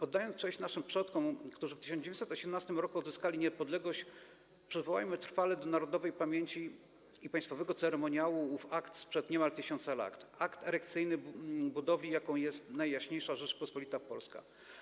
Oddając cześć naszym przodkom, którzy w 1918 r. odzyskali niepodległość, przywołajmy, zapiszmy trwale w narodowej pamięci i państwowym ceremoniale ów akt sprzed niemal tysiąca lat, akt erekcyjny budowli, jaką jest najjaśniejsza Rzeczpospolita Polska.